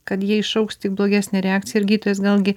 kad jie iššauks tik blogesnę reakciją ir gydytojas galgi